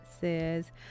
says